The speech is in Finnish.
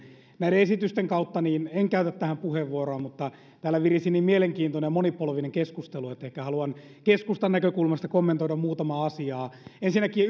näiden esitysten kautta että en käytä tähän puheenvuoroa mutta täällä virisi niin mielenkiintoinen ja monipolvinen keskustelu että ehkä haluan keskustan näkökulmasta kommentoida muutamaa asiaa ensinnäkin